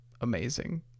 Amazing